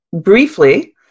briefly